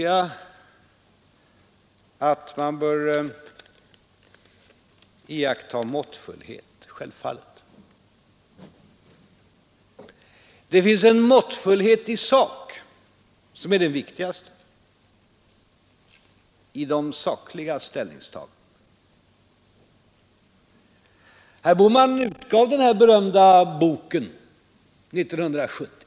Självfallet bör man iaktta måttfullhet. Det finns en måttfullhet i sak som är det viktigaste när det gäller de sakliga ställningstagandena. Herr Bohman utgav den här berömda boken 1970.